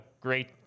great